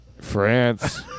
France